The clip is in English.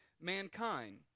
mankind